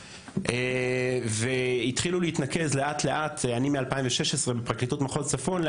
אני מ-2016 בפרקליטות מחוז צפון,